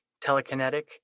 telekinetic